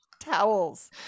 towels